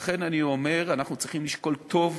לכן אני אומר: אנחנו צריכים לשקול טוב,